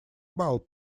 bulb